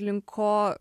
link ko